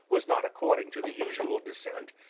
was not according to the usual descent,